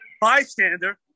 Bystander